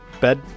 Bed